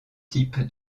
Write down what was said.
type